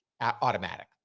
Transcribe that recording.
automatic